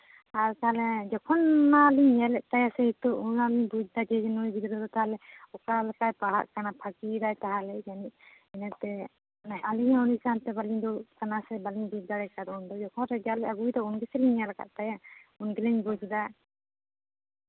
ᱟᱨ ᱛᱟᱦᱞᱮ ᱡᱚᱠᱷᱚᱱ ᱚᱱᱟ ᱞᱤᱧ ᱧᱮᱞᱮᱫ ᱛᱟᱭᱟ ᱥᱮ ᱱᱤᱛᱚᱜ ᱟᱱᱟᱜ ᱞᱤᱧ ᱵᱩᱡᱽᱫᱟ ᱡᱮ ᱱᱩᱭ ᱜᱤᱫᱽᱨᱟᱹ ᱫᱚ ᱛᱟᱦᱞᱮ ᱚᱠᱟ ᱞᱮᱠᱟᱭ ᱯᱟᱲᱦᱟᱜ ᱠᱟᱱᱟ ᱯᱷᱟᱸᱠᱤᱭᱮᱫᱟᱭ ᱛᱟᱦᱞᱮ ᱡᱟᱹᱱᱤᱡ ᱤᱱᱟᱹᱛᱮ ᱟᱹᱞᱤᱧ ᱦᱚᱸ ᱩᱱᱤ ᱥᱟᱶᱛᱮ ᱵᱟᱹᱞᱤᱧ ᱫᱩᱲᱩᱵ ᱠᱟᱱᱟ ᱥᱮ ᱵᱟᱹᱞᱤᱧ ᱵᱩᱡᱽ ᱫᱟᱲᱮᱣ ᱠᱟᱫᱟ ᱡᱚᱠᱷᱚᱱ ᱨᱮᱡᱟᱞᱮ ᱟᱹᱜᱩᱭᱮᱫᱟ ᱩᱱ ᱜᱮᱥᱮ ᱞᱤᱧ ᱧᱮᱞ ᱠᱟᱫ ᱛᱟᱭᱟ ᱩᱱ ᱜᱮᱞᱤᱧ ᱵᱩᱡᱽᱫᱟ